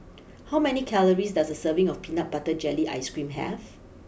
how many calories does a serving of Peanut Butter Jelly Ice cream have